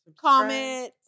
comment